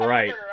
Right